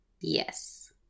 Yes